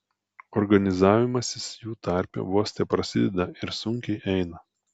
organizavimasis jų tarpe vos teprasideda ir sunkiai eina